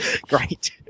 Great